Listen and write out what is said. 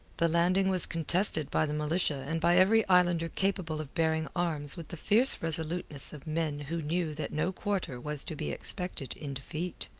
the landing was contested by the militia and by every islander capable of bearing arms with the fierce resoluteness of men who knew that no quarter was to be expected in defeat.